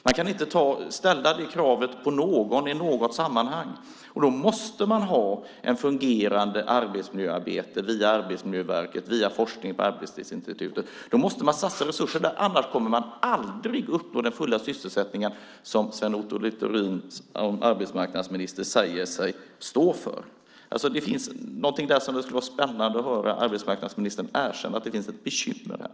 Man kan inte ställa det kravet på någon i något sammanhang. Då måste man ha ett fungerande arbetsmiljöarbete via Arbetsmiljöverket och via forskning på Arbetslivsinstitutet. Då måste man satsa resurser annars kommer man aldrig att uppnå full sysselsättning som arbetsmarknadsministern säger sig stå för. Det skulle vara spännande att höra arbetsmarknadsministern erkänna att det finns ett bekymmer där.